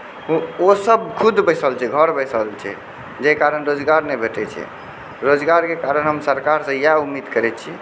ओ सभ खुद बैसल छै घर बैसल छै जई कारण रोजगार नहि भेटै छै रोजगारके कारण हम सरकार से इएह उम्मीद करै छी